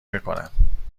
میکنم